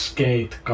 Skate